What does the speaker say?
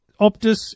Optus